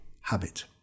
habit